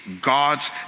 God's